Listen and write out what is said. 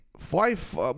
Five